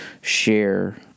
share